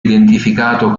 identificato